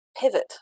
pivot